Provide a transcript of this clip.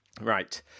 Right